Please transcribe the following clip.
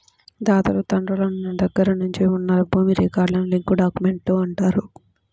తాతలు తండ్రుల దగ్గర నుంచి ఉన్న భూమి రికార్డులను లింక్ డాక్యుమెంట్లు అంటారు